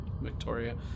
Victoria